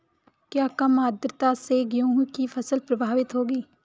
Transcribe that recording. क्या कम आर्द्रता से गेहूँ की फसल प्रभावित होगी?